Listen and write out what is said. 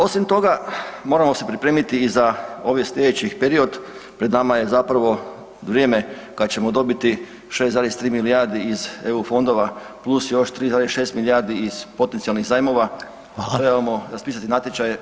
Osim toga, moramo se pripremiti i za ovaj sljedeći period, pred nama je vrijeme kada ćemo dobiti 6,3 milijardi iz eu fondova plus još 3,6 milijardi iz potencijalnih zajmova [[Upadica Reiner: Hvala.]] trebamo raspisati natječaje.